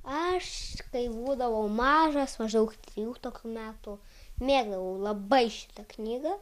aš kai būdavau mažas maždaug trijų tokių metų mėgdavau labai šitą knygą